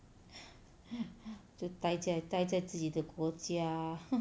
就呆在呆在自己的国家